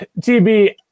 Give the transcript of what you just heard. TB